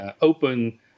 open